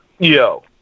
Yo